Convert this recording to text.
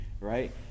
right